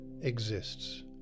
exists